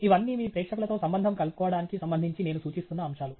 ఇవన్నీ మీ ప్రేక్షకులతో సంబంధం కలుపుకోవడానికి సంబంధించి నేను సూచిస్తున్న అంశాలు